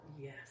Yes